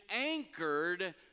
anchored